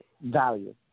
value